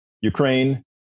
Ukraine